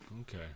okay